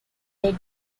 dead